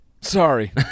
Sorry